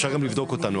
אפשר גם לבדוק אותנו.